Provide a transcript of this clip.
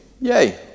Yay